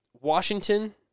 Washington